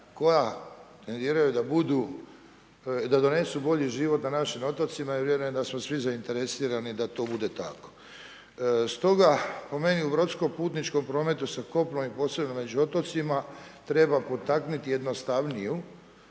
razumije./…, da donesu bolji život na našim otocima i vjerujem da smo svi zainteresirani da to bude tako. Stoga po meni u brodsko putničkom prometu sa kopnom i posebno među otocima treba potaknuti jednostavniju